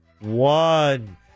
one